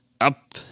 Up